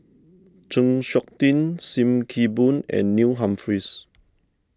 Chng Seok Tin Sim Kee Boon and Neil Humphreys